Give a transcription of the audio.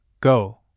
Go